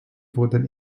wurden